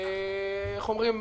ואיך אומרים?